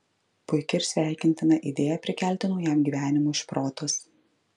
puiki ir sveikintina idėja prikelti naujam gyvenimui šprotus